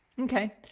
Okay